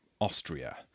Austria